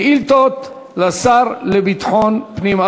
שאילתות לשר לביטחון פנים.